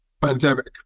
pandemic